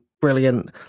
brilliant